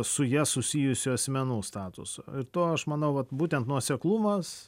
su ja susijusių asmenų statuso todėl aš manau kad būtent nuoseklumas